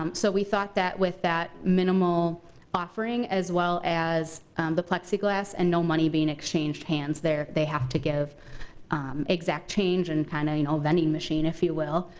um so we thought that with that minimal offering, as well as the plexiglass, and no money being exchanged hands there. they have to give exact change in kind of an old vending machine, if you will.